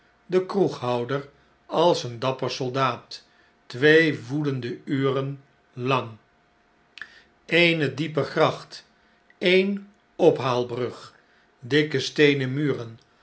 de kroeghouder als een dapper soldaat twee woedende uren lang eene diepe gracht eene ophaalbrug dikke steenen muren